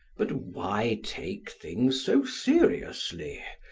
but why take things so seriously?